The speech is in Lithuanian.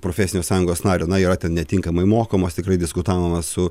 profesinės sąjungos nario na yra netinkamai mokomos tikrai diskutavome su